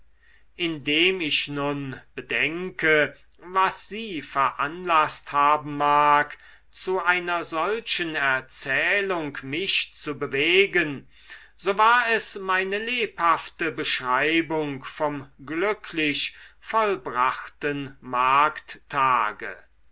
indem ich nun bedenke was sie veranlaßt haben mag zu einer solchen erzählung mich zu bewegen so war es meine lebhafte beschreibung vom glücklich vollbrachten markttage